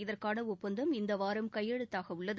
இதற்கான ஒப்பந்தம் இந்த வாரம் கையெழுத்தாகவுள்ளது